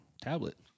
tablet